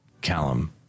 Callum